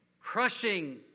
Crushing